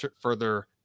further